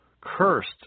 Cursed